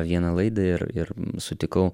vieną laidą ir ir sutikau